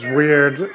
weird